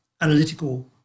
analytical